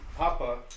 Papa